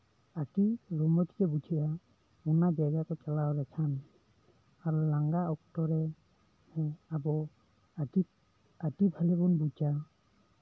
ᱟᱹᱰᱤ ᱨᱚᱢᱚᱡᱽ ᱜᱮ ᱵᱩᱡᱷᱟᱹᱜᱼᱟ ᱚᱱᱟ ᱡᱟᱭᱜᱟ ᱠᱚ ᱪᱟᱞᱟᱣ ᱞᱮᱠᱷᱟᱱ ᱟᱨ ᱞᱟᱸᱜᱟ ᱚᱠᱛᱚᱨᱮ ᱦᱮᱸ ᱟᱵᱚ ᱟᱹᱰᱤ ᱟᱹᱰᱤ ᱵᱷᱟᱹᱞᱤ ᱵᱚᱱ ᱵᱩᱡᱟ